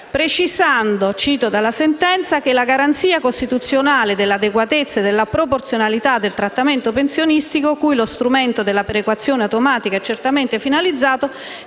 precisando che "la garanzia costituzionale della adeguatezza e della proporzionalità del trattamento pensionistico, cui lo strumento della perequazione automatica è certamente finalizzato,